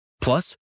Plus